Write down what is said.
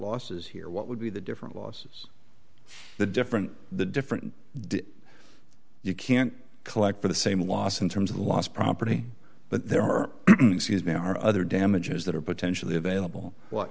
losses here what would be the different losses the different the different you can't collect for the same loss in terms of lost property but there are now are other damages that are potentially available what